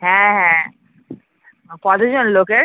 হ্যাঁ হ্যাঁ ও কতজন লোকের